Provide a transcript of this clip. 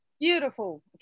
beautiful